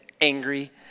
angry